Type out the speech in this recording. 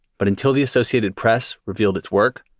but until the associated press revealed its work,